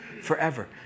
forever